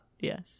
Yes